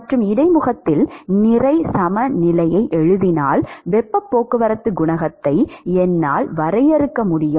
மற்றும் இடைமுகத்தில் நிறை சமநிலையை எழுதினால் வெப்பப் போக்குவரத்து குணகத்தை என்னால் வரையறுக்க முடியும்